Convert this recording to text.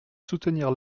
soutenir